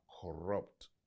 corrupt